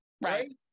Right